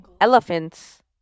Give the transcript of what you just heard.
elephants